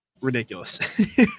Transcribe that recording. ridiculous